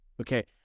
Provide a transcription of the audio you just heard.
Okay